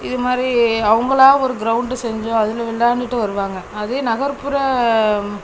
இது மாதிரி அவங்களா ஒரு க்ரௌண்டு செஞ்சு அதில் வெளாண்டுட்டு வருவாங்க அதே நகர்ப்புற